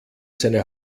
seine